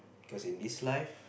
cause in this life